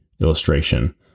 illustration